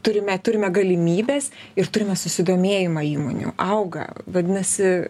turime turime galimybes ir turime susidomėjimą įmonių auga vadinasi